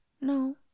no